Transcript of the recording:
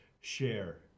share